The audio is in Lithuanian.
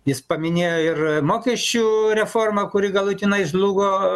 jis paminėjo ir mokesčių reformą kuri galutinai žlugo